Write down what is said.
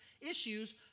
issues